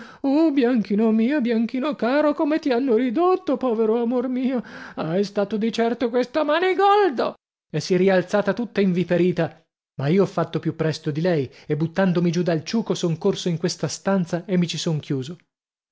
uh bianchino mio bianchino caro come ti hanno ridotto povero amor mio ah è stato di certo questo manigoldo e si è rialzata tutta inviperita ma io ho fatto più presto di lei e buttatomi giù dal ciuco son corso in questa stanza e mi ci son chiuso